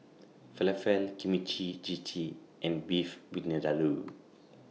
Falafel Kimchi Jjigae and Beef Vindaloo